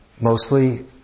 Mostly